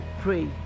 pray